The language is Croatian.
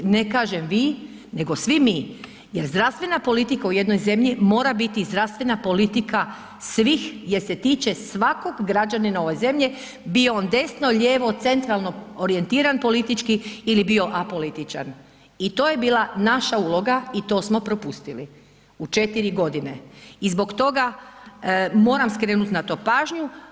Ne kažem vi, nego svi mi jer zdravstvena politika u jednoj zemlji mora biti zdravstvena politika svih jer se tiče svakog građanina ove zemlje, bio on desno, lijevo, centralno orijentiran politički ili bio apolitičan i to je bila naša uloga i to smo propustili u 4 godine i zbog toga moram skrenuti na to pažnju.